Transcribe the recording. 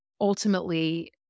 ultimately